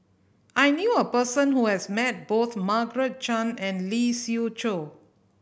I knew a person who has met both Margaret Chan and Lee Siew Choh